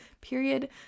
period